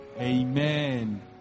Amen